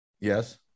yes